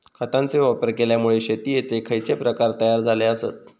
खतांचे वापर केल्यामुळे शेतीयेचे खैचे प्रकार तयार झाले आसत?